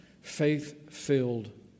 faith-filled